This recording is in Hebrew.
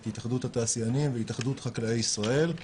את התאחדות התעשיינים והתאחדות חקלאי ישראל.